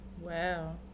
Wow